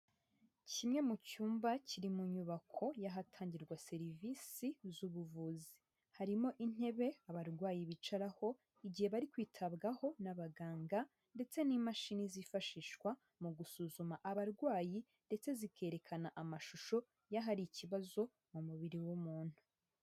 Kimwe mu cyumba kiri mu nyubako y'ahatangirwa serivisi z'ubuvuzi. Harimo intebe abarwayi bicaraho igihe bari kwitabwaho n'abaganga, ndetse n'imashini zifashishwa mu gusuzuma abarwayi, ndetse zikerekana amashusho y'ahari ikibazo mu mubiri w'umuntu.